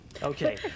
Okay